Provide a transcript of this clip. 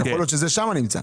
שיכול להיות שזה שמה נמצא.